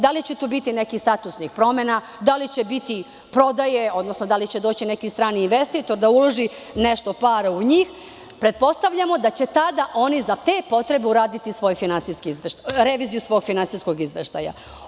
Da li će tu biti nekih statusnih promena, da li će biti prodaje, odnosno da li će doći neki strani investitor da uloži nešto para u njih, pretpostavljamo da će tada oni za te potrebe uraditi reviziju svog finansijskog izveštaja.